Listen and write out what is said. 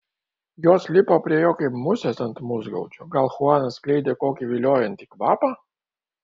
jos lipo prie jo kaip musės ant musgaudžio gal chuanas skleidė kokį viliojantį kvapą